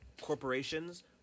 corporations